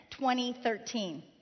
2013